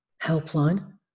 helpline